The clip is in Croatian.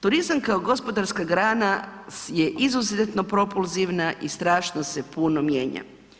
Turizam kao gospodarska grana je izuzetno propulzivna i strašno se puno mijenja.